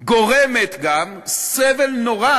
גורמת גם סבל נורא